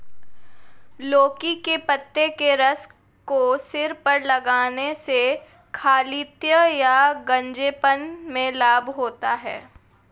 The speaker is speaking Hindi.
लौकी के पत्ते के रस को सिर पर लगाने से खालित्य या गंजेपन में लाभ होता है